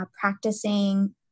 practicing